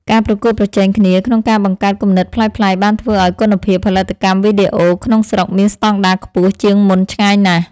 ការប្រកួតប្រជែងគ្នាក្នុងការបង្កើតគំនិតប្លែកៗបានធ្វើឱ្យគុណភាពផលិតកម្មវីដេអូក្នុងស្រុកមានស្តង់ដារខ្ពស់ជាងមុនឆ្ងាយណាស់។